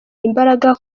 imbaraga